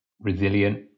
resilient